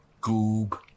goob